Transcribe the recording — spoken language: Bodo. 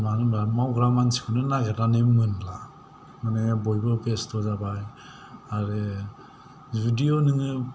मानो होनब्ला मावग्रा मानसिखौनो नागिरनानै मोनला माने बयबो बेस्थ' जाबाय आरो जुदि नोङो